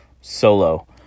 Solo